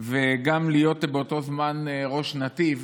וגם להיות באותו זמן ראש נתיב